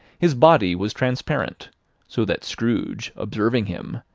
his body was transparent so that scrooge, observing him,